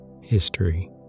History